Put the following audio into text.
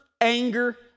anger